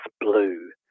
blue